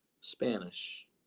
Spanish